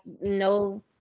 no